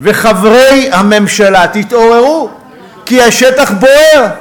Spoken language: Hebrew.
וחברי הממשלה, תתעוררו, כי השטח בוער.